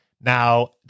Now